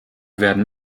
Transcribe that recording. werden